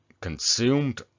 consumed